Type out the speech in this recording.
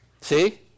See